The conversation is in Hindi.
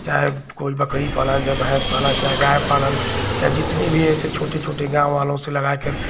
चाहे कोई बकरी पालन चाहे भैंस पालन चाहे गाय पालन चाहे जितने भी ऐसे छोटे छोटे गाँव वाले से लगाकर जो भी